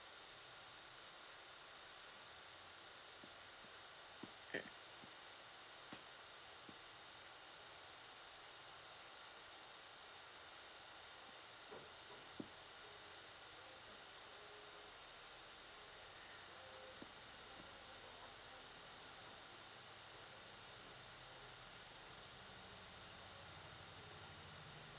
mm